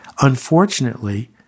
Unfortunately